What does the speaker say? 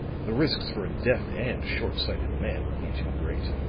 the risks for a deaf and short-sighted man would be too great.